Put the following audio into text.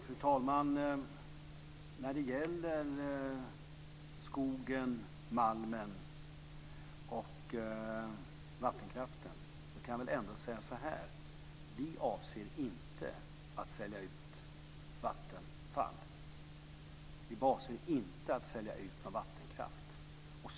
Fru talman! När det gäller skogen, malmen och vattenkraften så kan jag säga att vi inte avser att sälja ut Vattenfall. Vi avser inte att sälja ut någon vattenkraft.